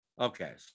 Okay